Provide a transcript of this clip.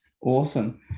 Awesome